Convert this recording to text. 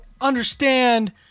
understand